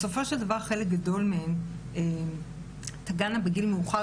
בסופו של דבר חלק גדול מהן תגענה בגיל מאוחר